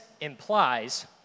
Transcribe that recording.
implies